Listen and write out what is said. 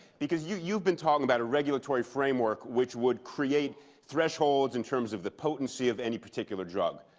because you've you've been talking about a regulatory framework which would create thresholds in terms of the potency of any particular drug.